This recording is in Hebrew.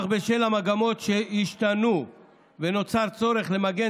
אך בשל המגמות שהשתנו ונוצר צורך למגן